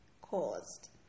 caused